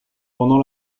pendant